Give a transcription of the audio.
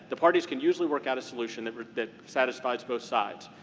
the parties can usually work out a solution that that satisfies both sides.